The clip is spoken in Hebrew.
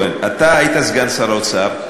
צריך לראות, איציק כהן, אתה היית סגן שר האוצר.